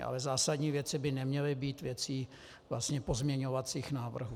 Ale zásadní věci by neměly být věcí pozměňovacích návrhů.